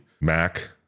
Mac